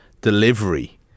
delivery